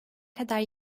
kadar